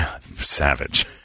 Savage